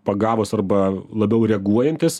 pagavūs arba labiau reaguojantys